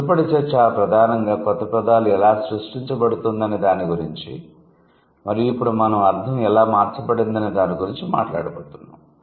మునుపటి చర్చ ప్రధానంగా క్రొత్త పదాలు ఎలా సృష్టించబడుతుందనే దాని గురించి మరియు ఇప్పుడు మనం అర్థం ఎలా మార్చబడిందనే దాని గురించి మాట్లాడబోతున్నాం